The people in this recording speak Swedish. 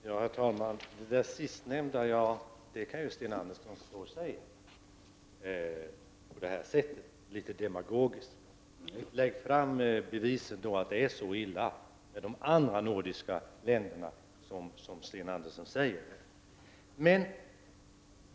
Herr talman! Det sistnämnda kan ju Sten Andersson stå här och säga på ett demagogiskt sätt. Lägg fram bevisen för att det är så illa med de andra nordiska länderna!